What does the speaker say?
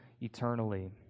eternally